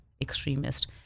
extremist